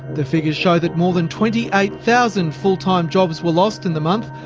the figures show that more than twenty eight thousand full-time jobs were lost in the month,